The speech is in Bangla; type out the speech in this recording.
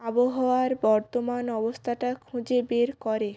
আবহাওয়ার বর্তমান অবস্থাটা খুঁজে বের করে